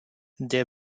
der